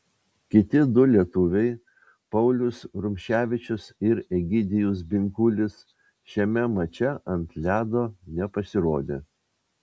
kiti du lietuviai paulius rumševičius ir egidijus binkulis šiame mače ant ledo nepasirodė